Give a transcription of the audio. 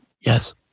yes